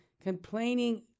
complaining